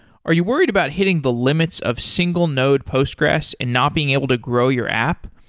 are you worried about hitting the limits of single node postgressql and not being able to grow your app,